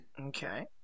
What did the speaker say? Okay